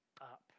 up